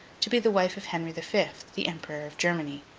to be the wife of henry the fifth, the emperor of germany.